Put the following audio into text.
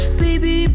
baby